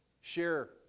share